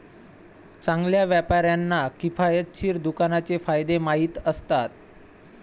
चांगल्या व्यापाऱ्यांना किफायतशीर दुकानाचे फायदे माहीत असतात